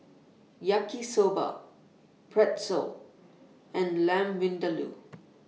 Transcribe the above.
Yaki Soba Pretzel and Lamb Vindaloo